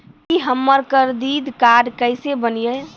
की हमर credit card केसे बनिये?